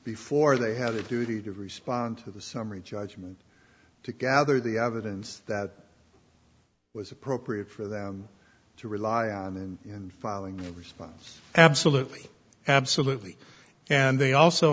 before they have a duty to respond to the summary judgment to gather the evidence that was appropriate for them to rely on and in filing a response absolutely absolutely and they also